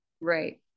right